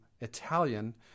Italian